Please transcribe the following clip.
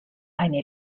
eine